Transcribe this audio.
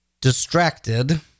distracted